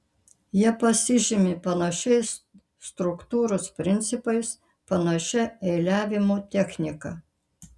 jie pasižymi panašiais struktūros principais panašia eiliavimo technika